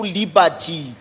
liberty